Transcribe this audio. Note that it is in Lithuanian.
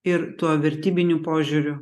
ir tuo vertybiniu požiūriu